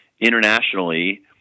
internationally